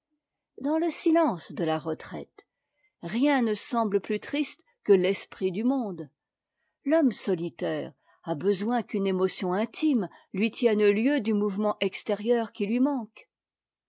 dans le silence de la retraite rien ne semble plus triste que l'esprit du monde l'homme solitaire a besoin qu'une émotion intime lui tienne lieu du mouvement extérieur qui lui manque